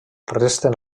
resten